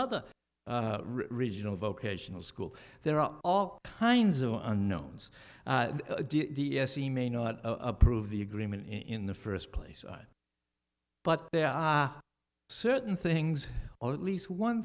other regional vocational school there are all kinds of unknowns d s e may not approve the agreement in the first place but there are certain things or at least one